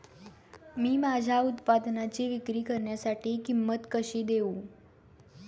मी माझ्या उत्पादनाची विक्री करण्यासाठी किंमत कशी देऊ?